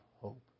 hope